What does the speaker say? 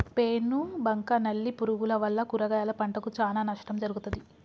పేను బంక నల్లి పురుగుల వల్ల కూరగాయల పంటకు చానా నష్టం జరుగుతది